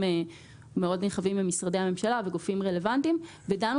מאוד נכבדים ממשרדי הממשלה וגופים רלוונטיים ודנו